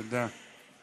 תודה.